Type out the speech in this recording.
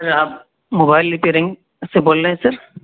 سر آپ mobile repairing سے بول رہے ہیں سر